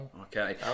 Okay